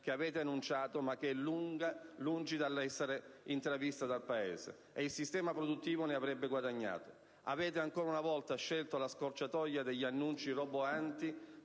che avete annunciato ma che è lungi dall'essere intravista dal Paese, e il sistema produttivo ne avrebbe guadagnato. Avete ancora una volta scelto la scorciatoia degli annunci roboanti